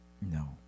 No